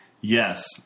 yes